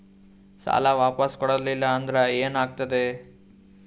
ಸಾಲ ವಾಪಸ್ ಕೊಡಲಿಲ್ಲ ಅಂದ್ರ ಏನ ಆಗ್ತದೆ?